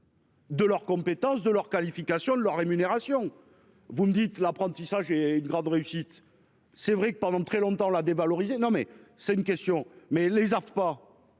De leur compétence de leur qualification de leur rémunération. Vous me dites l'apprentissage est une grande réussite. C'est vrai que pendant très longtemps la dévaloriser. Non mais c'est une question mais les AFPA.